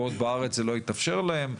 בעוד בארץ זה לא התאפשר להם,